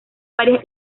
varias